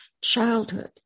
childhood